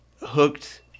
hooked